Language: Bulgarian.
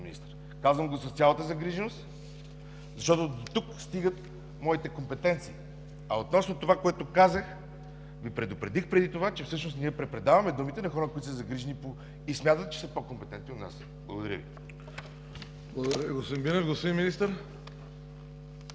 Казвам го с цялата загриженост, защото дотук стигат моите компетенции. А относно това, което казах, Ви предупредих преди това, че всъщност ние препредаваме думите на хора, които са загрижени и смятат, че са по-компетентни от нас. Благодаря Ви. ПРЕДСЕДАТЕЛ КРАСИМИР